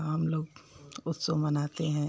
हम लोग उत्सव मनाते हैं